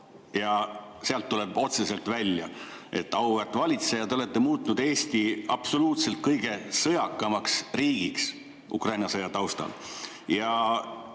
Sealt tuleb otseselt välja, auväärt valitseja, et te olete muutnud Eesti absoluutselt kõige sõjakamaks riigiks Ukraina sõja taustal.